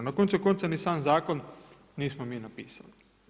Na koncu konca ni sam zakon nismo mi napisali.